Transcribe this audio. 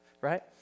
right